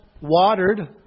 watered